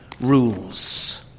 rules